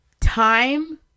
time